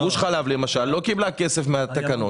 גוש חלב למשל לא קיבלה כסף מהתקנות.